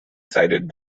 sided